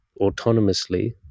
autonomously